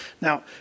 Now